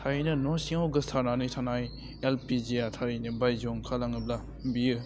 थारैनो न' सिङाव गोसारनानै थानाय एलपिजिया थारैनो बायजोआव ओंखारलाङोब्ला बियो